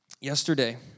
yesterday